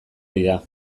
dira